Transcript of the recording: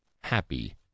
happy